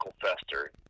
Fester